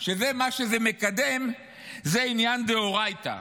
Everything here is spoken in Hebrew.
מה שזה מקדם זה עניין דאורייתא.